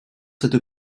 cette